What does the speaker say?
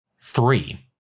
Three